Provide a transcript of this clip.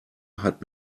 hat